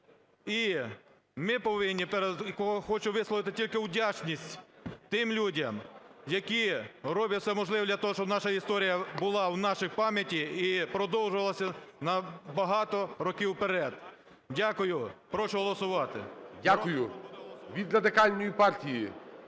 і ми повинні… хочу висловити тільки вдячність тим людям, які роблять все можливе для того, щоб наша історія була в нашій пам'яті і продовжувалася на багато років вперед. Дякую. Прошу голосувати. ГОЛОВУЮЧИЙ. Дякую. Від Радикальної партії